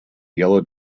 yellow